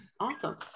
Awesome